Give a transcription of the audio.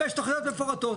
5 תוכניות מפורטות.